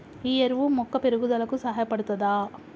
ఈ ఎరువు మొక్క పెరుగుదలకు సహాయపడుతదా?